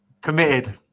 Committed